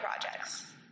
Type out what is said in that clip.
projects